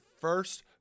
first